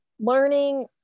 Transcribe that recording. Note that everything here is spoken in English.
learning